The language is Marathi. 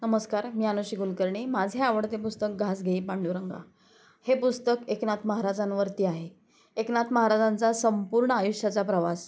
नमस्कार मी आनुषी कुलकर्णी माझे आवडते पुस्तक घास घेई पांडुरंगा हे पुस्तक एकनाथ महाराजांवरती आहे एकनाथ महाराजांचा संपूर्ण आयुष्याचा प्रवास